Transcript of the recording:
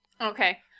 Okay